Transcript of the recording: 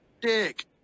Dick